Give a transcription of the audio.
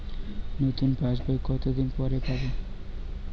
নতুন পাশ বই কত দিন পরে পাবো?